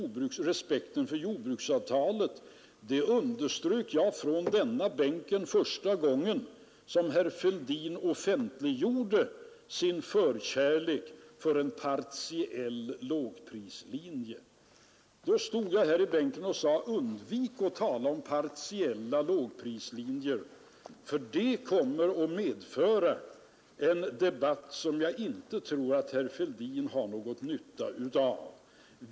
Respekten för jordbruksavtalet underströk jag från den här bänken första gången herr Fälldin offentliggjorde sin förkärlek för en partiell lågprislinje. Då stod jag här i bänken och sade: Undvik att tala om partiella lågprislinjer, för det kommer att medföra en debatt som jag inte tror att herr Fälldin har någon nytta av.